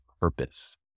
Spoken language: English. purpose